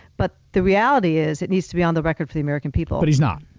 but the reality is, it needs to be on the record for the american people. but he's not.